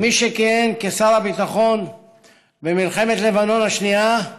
כמי שכיהן כשר הביטחון במלחמת לבנון השנייה,